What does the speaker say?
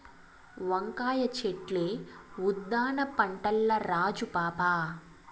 వంకాయ చెట్లే ఉద్దాన పంటల్ల రాజు పాపా